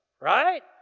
Right